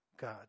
God